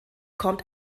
kommt